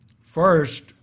First